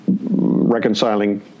reconciling